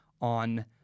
on